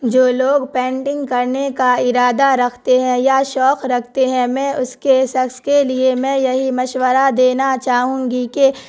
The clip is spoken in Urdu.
جو لوگ پینٹنگ کرنے کا ارادہ رکھتے ہیں یا شوق رکھتے ہیں میں اس کے شخص کے لیے میں یہی مشورہ دینا چاہوں گی کہ